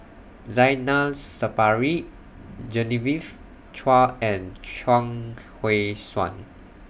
Zainal Sapari Genevieve Chua and Chuang Hui Tsuan